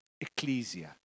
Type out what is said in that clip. Ecclesia